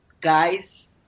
guys